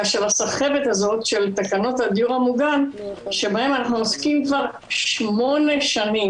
של הסחבת הזאת של תקנות הדיור המוגן שבהן אנחנו עוסקים כבר שמונה שנים.